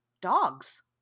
dogs